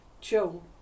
Joe